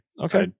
Okay